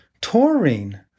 Taurine